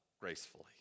gracefully